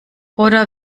oder